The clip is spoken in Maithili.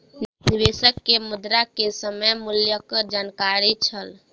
निवेशक के मुद्रा के समय मूल्यक जानकारी छल